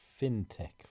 fintech